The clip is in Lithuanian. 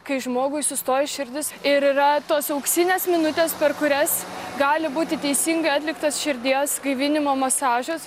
kai žmogui sustoja širdis ir yra tos auksinės minutės kurias gali būti teisingai atliktas širdies gaivinimo masažas